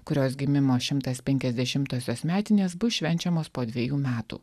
kurios gimimo šimtas penkiasdešimtosios metinės bus švenčiamos po dvejų metų